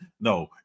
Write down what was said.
No